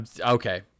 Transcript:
Okay